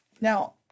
Now